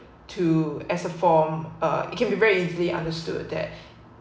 too as a form uh it can be very easily understood that